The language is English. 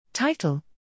Title